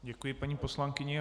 Děkuji, paní poslankyně.